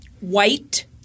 white